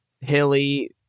Hilly